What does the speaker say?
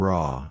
Raw